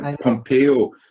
Pompeo